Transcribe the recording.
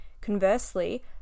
Conversely